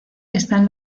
están